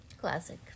classic